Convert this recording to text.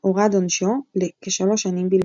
הורד עונשו לכ-3 שנים בלבד.